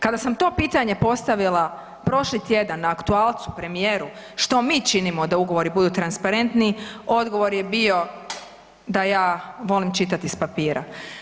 Kada sam to pitanje postavila prošli tjedan na aktualcu premijeru, što mi činimo da ugovori budu transparentni, odgovor je bio da ja volim čitati s papira.